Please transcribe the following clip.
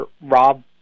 Rob